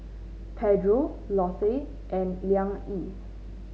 Pedro Lotte and Liang Yi